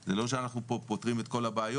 זה לא שאנחנו פה פותרים את כל הבעיות,